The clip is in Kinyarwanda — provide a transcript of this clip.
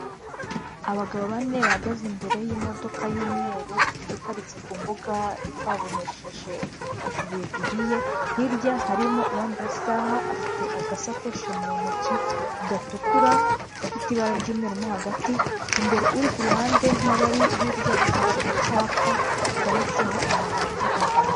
Abagabo bane bahagaze imbere y'imodoka y'umweru iparitse ku mbuga ipavumeshije utubuye duhiye hirya harimo uwambaye isaha afite agasakoshi mu ntoki gatukura gafite ibara ry'umweru hagati imbere uri k'uruhande n'abari hirya bafashe icyapa cyanditseho amagambo imbere.